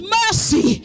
mercy